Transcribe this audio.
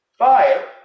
Fire